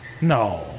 No